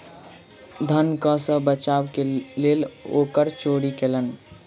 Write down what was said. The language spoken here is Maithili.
धन कर सॅ बचाव के लेल ओ कर चोरी कयलैन